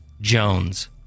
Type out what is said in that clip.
Jones